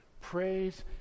praise